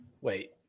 wait